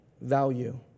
value